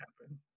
happen